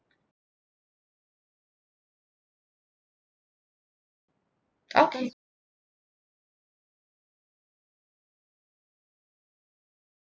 okay